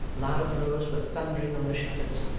loud blows were thundering on the shutters,